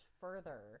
further